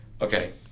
Okay